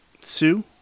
Sue